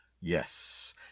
yes